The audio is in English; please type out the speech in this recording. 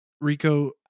Rico